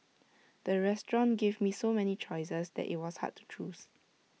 the restaurant gave so many choices that IT was hard to choose